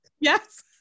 Yes